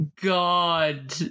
God